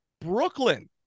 Brooklyn